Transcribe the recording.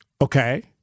Okay